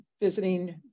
visiting